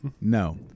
No